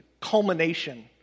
culmination